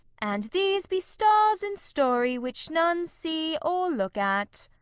and these be stars in story, which none see, or look at